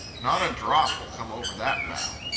not a drop will come over that bow.